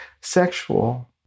sexual